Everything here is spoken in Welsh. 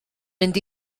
mynd